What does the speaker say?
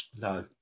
No